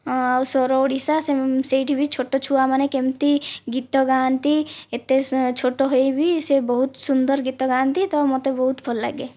ଆଉ ସ୍ୱର ଓଡ଼ିଶା ସେଇଠି ବି ଛୋଟ ଛୁଆମାନେ କେମିତି ଗୀତ ଗାଆନ୍ତି ଏତେ ଛୋଟ ହୋଇବି ସେ ବହୁତ ସୁନ୍ଦର ଗୀତ ଗାଆନ୍ତି ତ ମତେ ବହୁତ ଭଲ ଲାଗେ